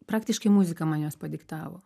praktiškai muzika man juos padiktavo